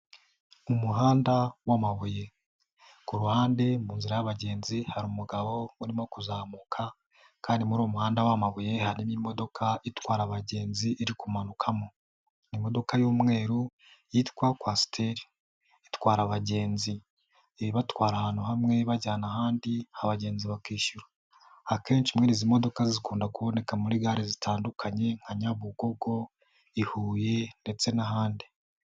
Mu muhanda wamabuye, kuhande mu nzira y'abagenzi hari umugabo urimo kuzamuka kandi muri uwo umuhanda w'amabuye harimo imodoka itwara abagenzi iri kumanukamo imodoka y'umweru yitwa kwasiteri. Itwara abagenzi ibatwara ahantu hamwe ibajyana ahandi abagenzi bakishyura. Akenshi izi modoka zikunda kuboneka muri gare zitandukanye nka Nyabugogo, i Huye ndetse n'ahandi.